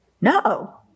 No